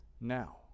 Now